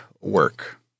work